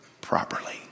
properly